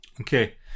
okay